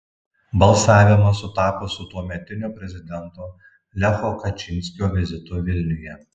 balsavimas sutapo su tuometinio prezidento lecho kačynskio vizitu vilniuje